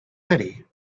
city